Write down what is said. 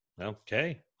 Okay